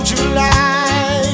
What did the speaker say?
July